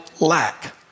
lack